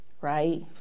right